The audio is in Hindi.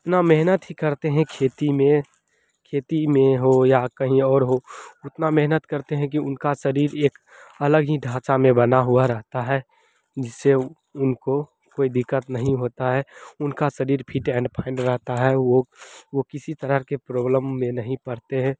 इतना मेहनत ही करते हैं खेती में खेती में हो या कहीं और हो उतना मेहनत करते हैं कि उनका शरीर एक अलग ही ढाँचे में बना हुआ रहता है जिससे उनको कोई दिक़्क़त नहीं होती है उनका शरीर फिट एंड फाइन रहता है वह किसी तरह की प्रॉब्लम में नहीं पड़ते हैं